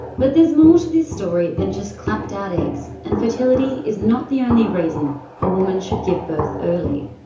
but there's more to this story than just clapped out eggs, and fertility is not the only reason a woman should give birth early.